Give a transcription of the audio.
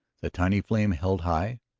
the tiny flame, held high,